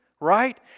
right